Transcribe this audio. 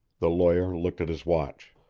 the lawyer looked at his watch.